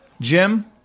Jim